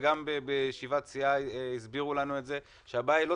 וגם בישיבת סיעה הסבירו לנו שהבעיה אינה